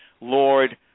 Lord